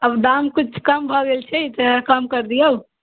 आब दाम किछु कम भऽ गेल छै तैँ कम कऽ दियौ